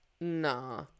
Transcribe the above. Nah